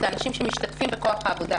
הם אנשים שמשתתפים בכוח העבודה,